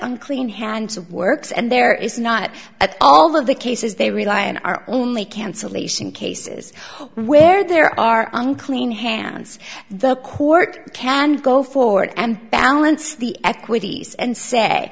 unclean hands of works and there is not at all of the cases they rely on are only cancellation cases where there are unclean hands the court can go forward and balance the equities and say